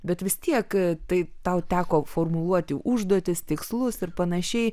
bet vis tiek tai tau teko formuluoti užduotis tikslus ir panašiai